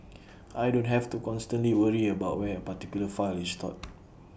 I don't have to constantly worry about where A particular file is stored